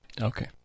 Okay